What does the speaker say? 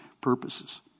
purposes